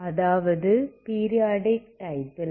அதாவது பீரியாடிக் டைப்பில்